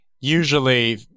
usually